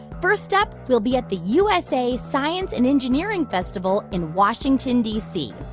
first up, we'll be at the usa science and engineering festival in washington, d c.